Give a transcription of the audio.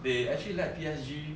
they actually let P_S_G